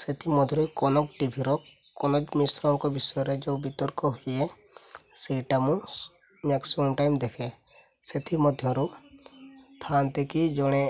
ସେଥିମଧ୍ୟରୁ କନକ ଟିଭିର କନକ ମିଶ୍ରଙ୍କ ବିଷୟରେ ଯେଉଁ ବିତର୍କ ହୁଏ ସେଇଟା ମୁଁ ମ୍ୟାକ୍ସିମମ୍ ଟାଇମ୍ ଦେଖେ ସେଥିମଧ୍ୟରୁ ଥାନ୍ତି କି ଜଣେ